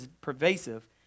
pervasive